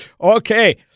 Okay